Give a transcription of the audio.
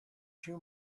two